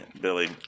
Billy